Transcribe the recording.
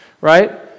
Right